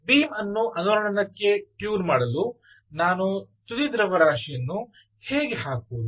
beam ಅನ್ನು ಅನುರಣನಕ್ಕೆ tune ಮಾಡಲು ನಾನು ತುದಿ ದ್ರವ್ಯರಾಶಿಯನ್ನು ಹೇಗೆ ಹಾಕುವುದು